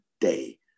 day